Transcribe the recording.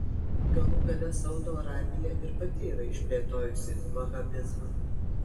galų gale saudo arabija ir pati yra išplėtojusi vahabizmą